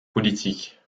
politiques